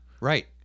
right